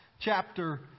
chapter